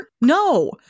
No